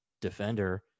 defender